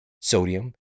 sodium